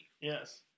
Yes